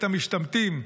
את המשתמטים.